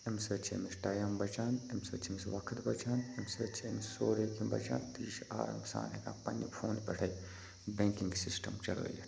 اَمہِ سۭتۍ چھِ أمِس ٹایم بَچان اَمہِ سۭتۍ چھِ أمِس وقت بَچان اَمہِ سۭتۍ چھِ أمِس سورُے کیٚنٛہہ بَچان تہٕ یہِ چھِ آرام سان ہٮ۪کان پنٛنہِ فونہٕ پٮ۪ٹھَے بینٛکِنٛگ سِسٹَم چَلٲیِتھ